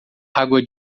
água